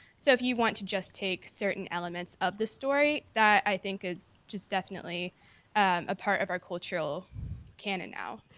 so if you want to just take certain elements of the story, that i think is just definitely a part of our cultural cannon now.